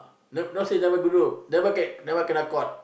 no not say never go do never get never kena caught